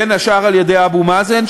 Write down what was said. בין השאר על-ידי אבו מאזן,